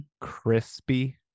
Crispy